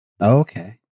Okay